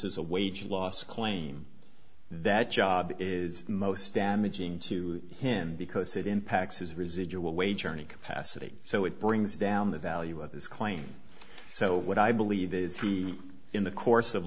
is a wage loss claim that job is most damaging to him because it impacts his residual wage earning capacity so it brings down the value of his claim so what i believe in the course of